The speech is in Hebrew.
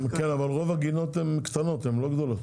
כן, אבל רוב הגינות הן קטנות, הן לא גדולות.